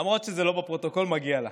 למרות שזה לא חלק מהפרוטוקול, מגיע לה.